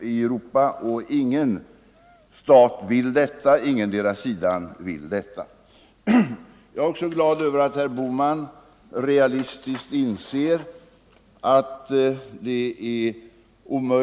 i Europa. Ing 22 november 1974 endera sidan önskar detta. Faändbntre——— Jag är också glad över att herr Bohman realistiskt inser att det är Ang.